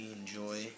enjoy